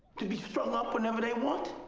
to be strung up whenever they want?